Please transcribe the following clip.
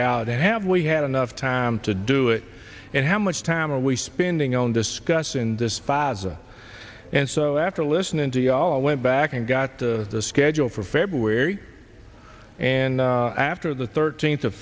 out have we had enough time to do it and how much time are we spending on discussing this facet and so after listening to ya'll went back and got the schedule for february and after the thirteenth of